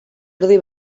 erdi